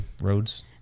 roads